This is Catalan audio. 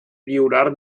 lliurar